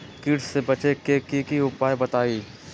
कीट से बचे के की उपाय हैं बताई?